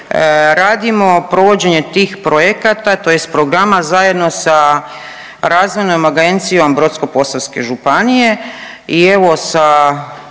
Radimo provođenje tih projekata tj. programa zajedno sa Razvojnom agencije Brodsko-posavske županije i evo sa